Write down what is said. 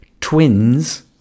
twins